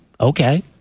okay